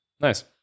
Nice